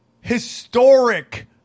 historic